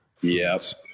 Yes